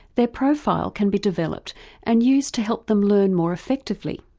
their profile can be developed and used to help them learn more effectively.